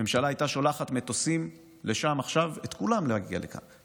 הממשלה הייתה שולחת מטוסים לשם עכשיו כדי להביא את כולם לכאן.